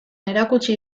erakutsi